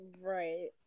right